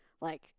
Like-